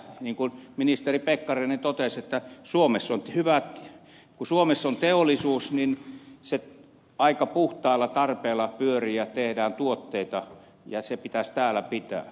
niin kuin ministeri pekkarinen totesi kun suomessa on teollisuus niin se aika puhtaalla tarpeella pyörii ja tehdään tuotteita ja se pitäisi täällä pitää